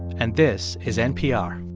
and this is npr